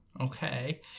Okay